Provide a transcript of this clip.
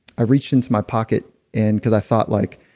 i reached into my pocket and cause i thought like,